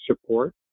support